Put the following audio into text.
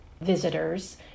visitors